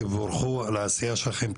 תבורכו על העשייה שלכם,